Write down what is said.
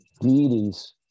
deities